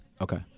Okay